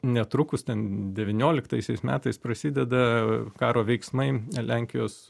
netrukus ten devynioliktaisiais metais prasideda karo veiksmai lenkijos